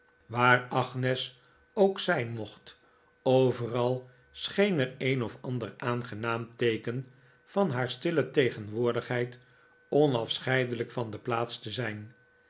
waar agnes ook zijn mocht overal scheen er een of ander aangenaam teeken van haar stille tegenwoordigheid onafscheidelijk van de plaats te zijn